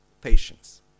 patience